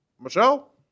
Michelle